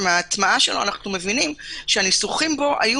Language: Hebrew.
מההטמעה שלו אנו מביים שהניסוחים בו היו